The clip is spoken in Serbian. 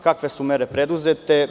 Kakve su mere preduzete?